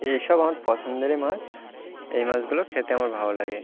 এসব আমার পছন্দেরই মাছ এই মাছগুলো খেতে আমার ভালো লাগে